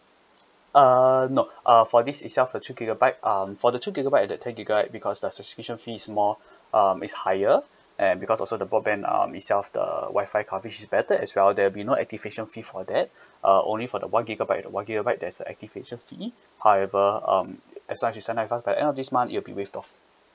uh no uh for this itself the two gigabyte um for the two gigabyte and the ten gigabyte will cost the subscription fees more um is higher and because also the broadband um itself the Wi-Fi coverage is better as well there'll be no activation fee for that uh only for the one gigabyte the one gigabyte there's a activation fee however um as long as you sign up with us by end of this month it will be waived off